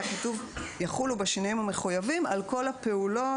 היה כתוב: "יחולו בשינויים המחויבים על כל הפעולות